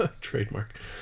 trademark